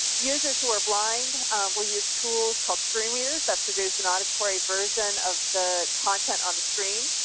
users who are blind will use tools call screen readers that produce and auditory version of the content on the screen.